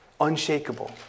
unshakable